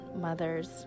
mothers